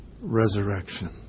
resurrection